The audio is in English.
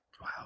wow